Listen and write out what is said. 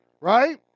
right